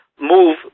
move